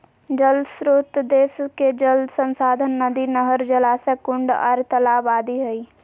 जल श्रोत देश के जल संसाधन नदी, नहर, जलाशय, कुंड आर तालाब आदि हई